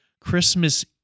Christmas